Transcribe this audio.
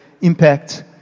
impact